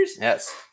Yes